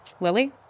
Lily